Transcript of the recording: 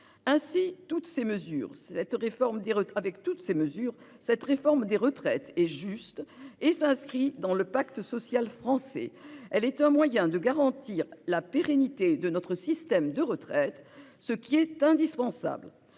Ainsi, avec toutes ces mesures, cette réforme est juste et s'inscrit dans le pacte social français. Elle est un moyen de garantir la pérennité de notre système de retraites, ce qui est indispensable.